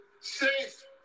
safe